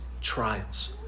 trials